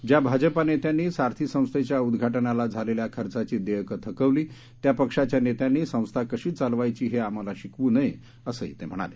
ज्या भाजपा नेत्यांनी सारथी संस्थेच्या उद्घाटनाला झालेल्या खर्चाची देयके थकवली त्या पक्षाच्या नेत्यांनी संस्था कशी चालवायची हे आम्हाला शिकवू नये असंही ते म्हणाले